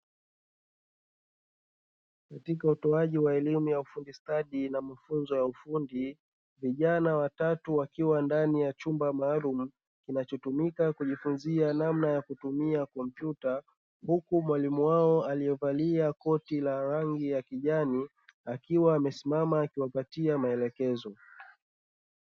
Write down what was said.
Katika utoaji wa elimu ya ufundi stadi na mafunzo ya ufundi vijana watatu wakiwa ndani chumba maalumu kinachotumika kujifunzia namna ya kutumia kompyuta, huku mwalimu wao aliyevalia koti la rangi ya kijani akiwa amesimama akiwapatia maelekezo.